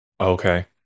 Okay